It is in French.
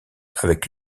avec